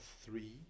three